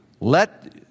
let